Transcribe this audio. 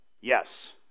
Yes